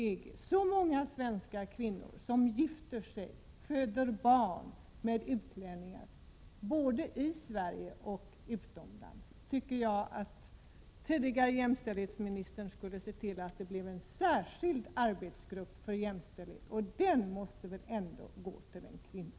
Med tanke på att så många svenska kvinnor gifter sig med utlänningar och föder barn både i Sverige och utomlands tycker jag att tidigare jämställdhetsministern borde inrätta en särskild arbetsgrupp för jämställdhetsfrågor, och den ordförandeposten måste väl i så fall ändå gå till en kvinna!